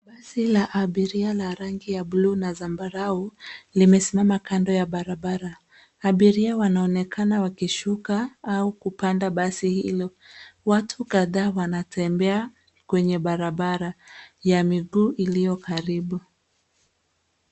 Basi la abiria la rangi ya buluu na zambarau limesimama kando ya barabara. Abiria wanaonekana wakishuka au kupanda basi hilo. Watu kadhaa wanatembea kwenye barabara ya miguu ilio karibu.